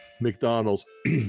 McDonald's